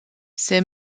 ces